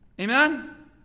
Amen